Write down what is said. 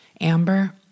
amber